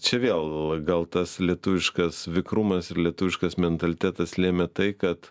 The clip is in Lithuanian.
čia vėl gal tas lietuviškas vikrumas ir lietuviškas mentalitetas lėmė tai kad